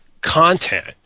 content